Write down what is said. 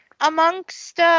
amongst